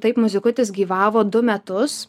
taip muzikutis gyvavo du metus